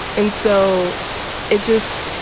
and so it just